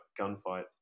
gunfight